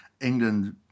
England